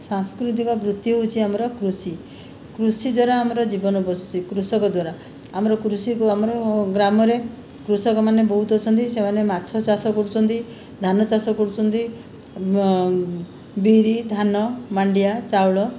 ସାଂସ୍କୃତିକ ବୃତ୍ତି ହେଉଛି ଆମର କୃଷି କୃଷି ଦ୍ୱାରା ଆମର ଜୀବନ ବସୁଛି କୃଷକଦ୍ଵାରା ଆମର କୃଷି ଆମର ଗ୍ରାମରେ କୃଷକମାନେ ବହୁତ ଅଛନ୍ତି ସେମାନେ ମାଛ ଚାଷ କରୁଛନ୍ତି ଧାନ ଚାଷ କରୁଛନ୍ତି ବିରି ଧାନ ମାଣ୍ଡିଆ ଚାଉଳ